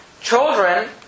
children